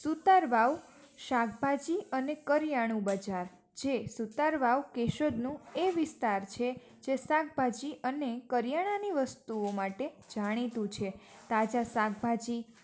સુતાર વાવ શાકભાજી અને કરિયાણાનું બજાર જે સુતાર વાવ કેશોદનું એ વિસ્તાર છે જે શાકભાજી અને કરિયાણાની વસ્તુઓ માટે જાણીતું છે તાજા શાકભાજી